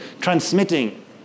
transmitting